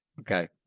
Okay